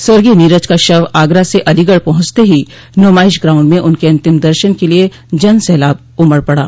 स्वर्गीय नीरज का शव आगरा से अलीगढ़ पहुंचते ही नुमाइश ग्राउंड में उनके अन्तिम दर्शन के लिए जन सैलाब उमड़ पड़ा